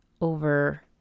over